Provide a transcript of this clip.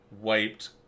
wiped